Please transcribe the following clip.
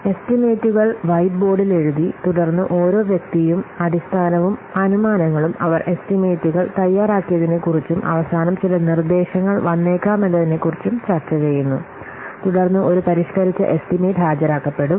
എസ്റ്റിമേറ്റുകൾ വൈറ്റ്ബോർഡിൽ എഴുതി തുടർന്ന് ഓരോ വ്യക്തിയും അടിസ്ഥാനവും അനുമാനങ്ങളും അവർ എസ്റ്റിമേറ്റുകൾ തയ്യാറാക്കിയതിനെക്കുറിച്ചും അവസാനം ചില നിർദ്ദേശങ്ങൾ വന്നേക്കാമെന്നതിനെക്കുറിച്ചും ചർച്ചചെയ്യുന്നു തുടർന്ന് ഒരു പരിഷ്കരിച്ച എസ്റ്റിമേറ്റ് ഹാജരാക്കപ്പെടും